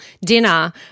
dinner